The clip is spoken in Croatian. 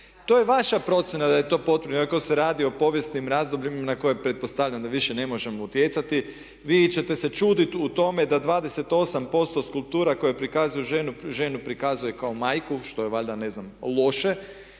to je vaša procjena da je to potrebno iako se radi o povijesnim razdobljima na koje pretpostavljam da više ne možemo utjecati. Vi ćete se čuditi o tome da 28% skulptura koje prikazuju ženu, ženu prikazuje kao majku što je valjda ne znam loše